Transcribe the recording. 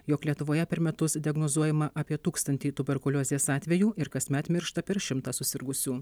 jog lietuvoje per metus diagnozuojama apie tūkstantį tuberkuliozės atvejų ir kasmet miršta per šimtą susirgusių